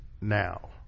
now